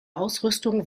ausrüstung